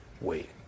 wait